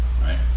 right